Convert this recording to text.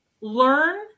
learn